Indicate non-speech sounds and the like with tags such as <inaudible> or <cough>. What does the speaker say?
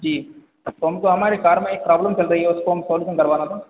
जी तो हमको हमारे कार में एक प्रॉब्लम चल रही है उसको <unintelligible> बनवाना था